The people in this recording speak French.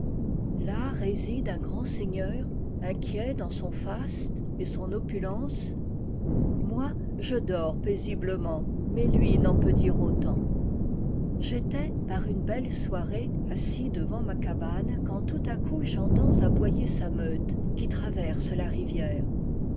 là réside un grand seigneur inquiet dans son faste et son opulence moi je dors paisiblement mais lui n'en peut dire autant j'étais par une belle soirée assis devant ma cabane quand tout à coup j'entends aboyer sa meute qui traverse la rivière